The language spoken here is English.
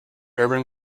urban